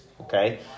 Okay